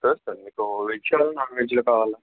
లేదు సార్ మీకు వెజ్జా నాన్వెజ్లో కావాలా